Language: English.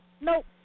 nope